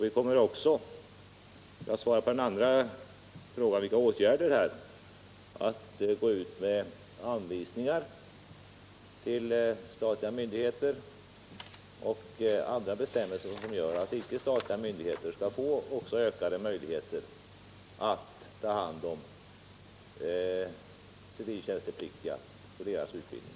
Vi kommer också — för att svara på den andra frågan, om vilka åtgärder vi skall vidta — att gå ut med anvisningar till statliga myndigheter och med andra bestämmelser, som gör att ickestatliga myndigheter också skall få ökade möjligheter att ta hand om civiltjänstpliktiga och deras utbildning.